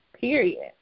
period